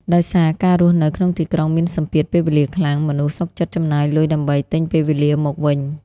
ដោយសារការរស់នៅក្នុងទីក្រុងមានសម្ពាធពេលវេលាខ្លាំង មនុស្សសុខចិត្តចំណាយលុយដើម្បី "ទិញពេលវេលា" មកវិញ។